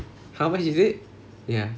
how much is it ya